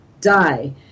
die